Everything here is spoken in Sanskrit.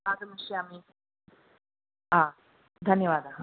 आगमिष्यामि ह धन्यवादः